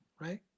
right